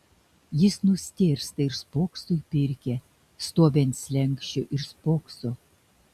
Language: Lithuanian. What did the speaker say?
jis nustėrsta ir spokso į pirkią stovi ant slenksčio ir spokso